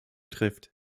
trifft